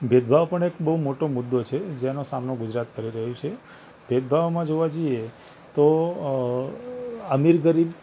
ભેદભાવ પણ એક બહુ મોટો મુદ્દો છે જેનો સામનો ગુજરાત કરી રહ્યું છે ભેદભાવમાં જોવા જઈએ તો અમીર ગરીબ